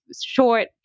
short